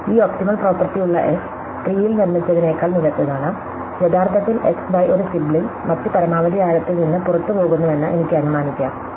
ഈ optimal property ഉള്ള S ട്രീയിൽ നിർമ്മിച്ചതിനേക്കാൾ മികച്ചതാണ് യഥാർത്ഥത്തിൽ x y ഒരു സിബ്ലിംഗ് മറ്റ് പരമാവധി ആഴത്തിൽ നിന്ന് പുറത്തുപോകുന്നുവെന്ന് എനിക്ക് അനുമാനിക്കാം